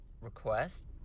request